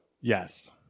Yes